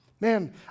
Man